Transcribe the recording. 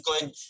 good